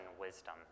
wisdom